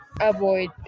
avoid